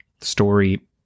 story